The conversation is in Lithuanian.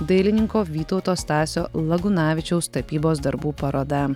dailininko vytauto stasio lagunavičiaus tapybos darbų paroda